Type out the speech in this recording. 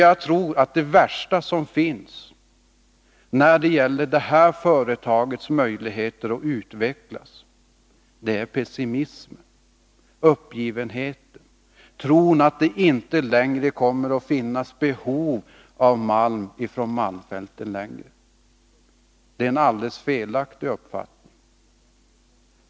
Jag tror att det värsta som finns när det gäller LKAB:s möjligheter att utvecklas är pessimismen, uppgivenheten, tron att det inte längre kommer att finnas behov av malm från malmfälten. Det är en alldeles felaktig uppfattning.